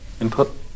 input